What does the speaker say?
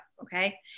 Okay